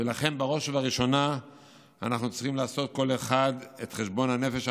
ולכן בראש ובראשונה כל אחד צריך לעשות את חשבון הנפש הפרטי,